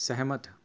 ਸਹਿਮਤ